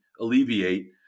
alleviate